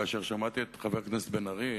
כאשר שמעתי את חבר הכנסת בן-ארי,